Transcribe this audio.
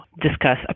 discuss